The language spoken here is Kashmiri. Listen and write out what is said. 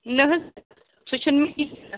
نہَ حظ سُہ چھُنہٕ کیٚنٛہہ